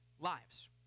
lives